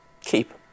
Keep